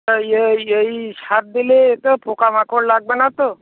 তা এই এই সার দিলে তে পোকা মাকড় লাগবে না তো